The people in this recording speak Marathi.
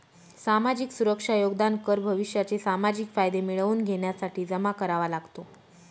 सामाजिक सुरक्षा योगदान कर भविष्याचे सामाजिक फायदे मिळवून घेण्यासाठी जमा करावा लागतो